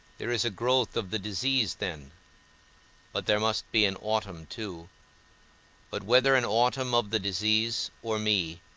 there is a growth of the disease then but there must be an autumn too but whether an autumn of the disease or me,